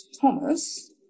Thomas